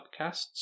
Podcasts